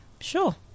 Sure